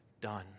done